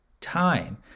time